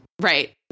Right